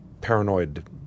Paranoid